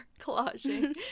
collaging